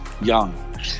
young